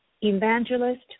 Evangelist